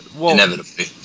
inevitably